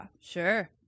Sure